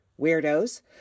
Weirdos